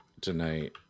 tonight